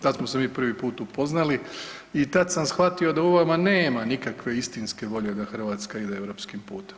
Tad smo se mi prvi put upoznali i tad sam shvatio da u vama nema nikakve istinske volje da Hrvatska ide europskim putem.